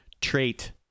trait